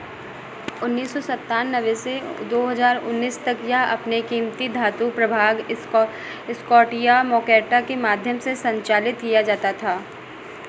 उन्नीस सौ सत्तानवे से दो हज़ार उन्नीस तक या अपने कीमती धातु प्रभाग स्कॉ स्कॉटिया मोकैटा के माध्यम से संचालित किया जाता था